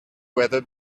weather